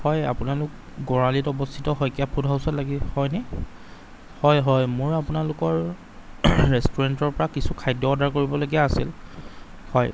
হয় আপোনালোক গড়আলিত অৱস্থিত শইকীয়া ফুড হাউছত হয়নে হয় হয় মোৰ আপোনালোকৰ ৰেষ্টুৰেণ্টৰ পৰা কিছু খাদ্য অৰ্ডাৰ কৰিবলগীয়া আছিল হয়